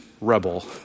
rebel